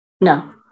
No